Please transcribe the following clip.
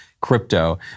crypto